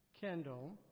Kendall